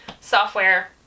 software